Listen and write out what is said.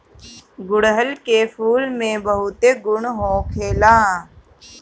गुड़हल के फूल में बहुते गुण होखेला